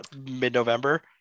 mid-November